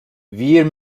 wir